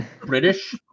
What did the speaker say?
British